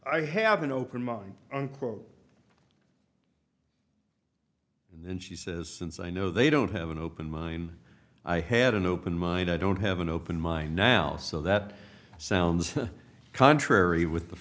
i have an open mind unquote and she says since i know they don't have an open mind i had an open mind i don't have an open mind now so that sounds contrary with the